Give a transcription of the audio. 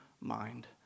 mind